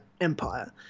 Empire